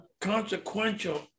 consequential